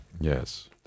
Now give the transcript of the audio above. Yes